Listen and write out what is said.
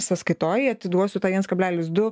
sąskaitoj atiduosiu tą viens kablelis du